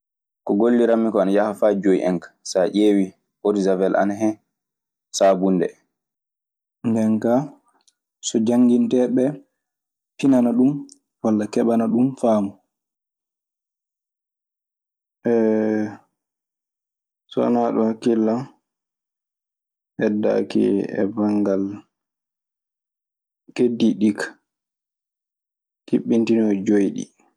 Ko golliram mi ko ana yaha e joyi hen, sa jewi odejawel ana hen, sabunde. Ɗee kulle ɗiɗi nii woni ɓadiiɗe e hakkille an jooni, taweteeɗe duu ana heewiri gollireede. so wonaa ɗum hakkille am heddaaki banngal e keddiiɗi ɗi ka, kiɓɓitonooji joyi ɗi.